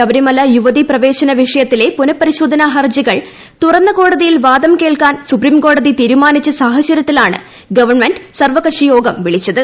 ശബരിമല യുവതി പ്രവേശന വിഷയത്തിലെ പുനപ്പരിശോധനാ ഹർജികൾ തുറന്ന കോടതിയിൽ വാദം കേൾക്കാൻ സുപ്രീംകോടതി തീരുമാനിച്ച സാഹചര്യത്തിലാണ് ഗവണ്മെന്റ് സർവ്വകക്ഷിയോഗം വിളിച്ചത്